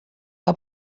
que